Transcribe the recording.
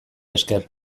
esker